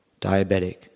diabetic